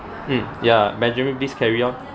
mm ya benjamin please carry on